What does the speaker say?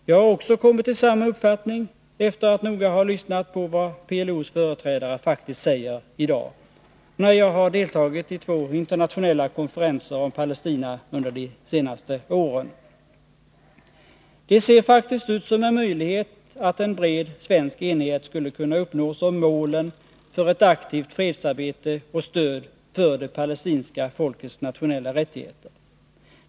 Jag har kommit till samma uppfattning efter att noga ha lyssnat på vad PLO:s företrädare faktiskt säger när jag har deltagit i två internationella konferenser om Palestina under de senaste åren. Det ser faktiskt ut som en möjlighet att uppnå en bred svensk enighet om målen för ett aktivt fredsarbete och stöd för det palestinska folkets nationella rättigheter.